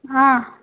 ஆ